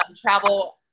travel